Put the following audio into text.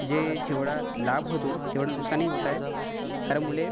जे जेवढा लाभ होतो तेवढं नुकसानही होत आहे कारण मुले